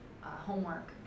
homework